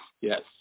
Yes